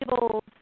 tables